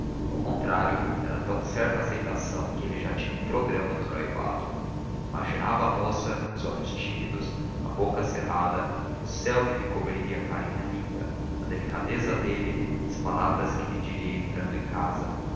ao contrário era tão certa a aceitação que ele tinha já um programa do noivado imaginava a moça os olhos tímidos a boca cerrada o véu que lhe cobriria a linda carinha a delicadeza dele as palavras que lhe diria entrando em casa